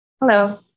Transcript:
hello